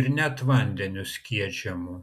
ir net vandeniu skiedžiamų